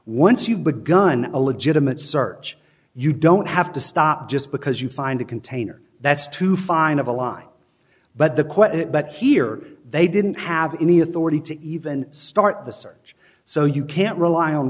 once you've begun a legitimate search you don't have to stop just because you find a container that's too fine of a line but the quote it but here they didn't have any authority to even start the search so you can't rely on